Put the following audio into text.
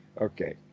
Okay